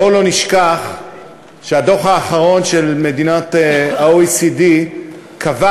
בואו לא נשכח שהדוח האחרון של ה-OECD קבע